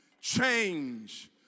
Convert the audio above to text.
change